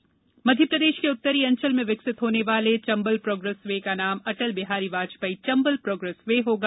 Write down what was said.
CM श्रद्धांजलि मध्यप्रदेश के उत्तरी अंचल में विकसित होने वाले चंबल प्रोग्रेस वे का नाम अटल बिहारी वाजपेई चंबल प्रोग्रेस वे होगा